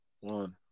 One